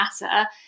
Matter